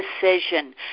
decision